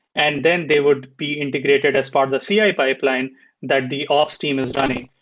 and then they would be integrated as part of the ci pipeline that the ops team is running.